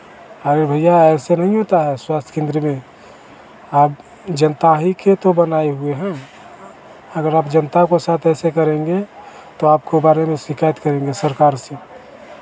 अरे भैया ऐसे नहीं होता है स्वास्थ्य केंद्र में आप जनता के ही तो बनाए हुए हैं अगर आप जनता के साथ ऐसे करेंगे तो आपको बारे में शिकायत करेंगे सरकार से